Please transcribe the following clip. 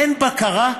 אין בקרה?